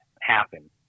happen